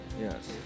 Yes